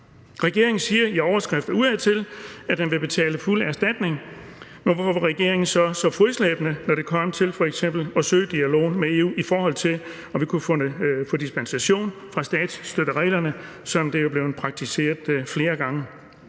Regeringen siger i overskrifter udadtil, at den vil betale fuld erstatning, men hvorfor var regeringen så så fodslæbende, når det kom til f.eks. at søge en dialog med EU, i forhold til at vi kunne få dispensation fra statsstøttereglerne, som det jo er blevet praktiseret flere gange?